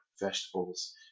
vegetables